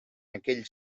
aquells